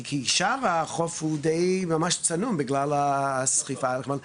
כי שם החוף דיי צנום בגלל הסחיפה הזאת.